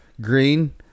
green